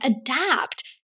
adapt